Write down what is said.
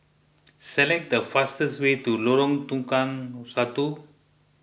select the fastest way to Lorong Tukang Satu